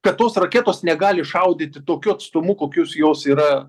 kad tos raketos negali šaudyti tokiu atstumu kokius jos yra